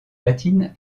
latine